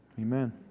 Amen